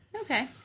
Okay